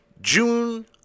June